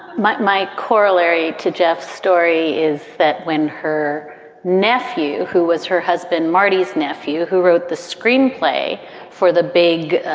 my my corollary to jeff's story is that when her nephew, who was her husband, marty's nephew, who wrote the screenplay for the big.